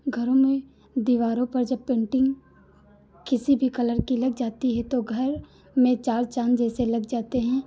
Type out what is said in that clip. घरों में दीवारों पर जब पेन्टिंग किसी भी कलर की लग जाती है तो घर में चार चाँद जैसे लग जाते हैं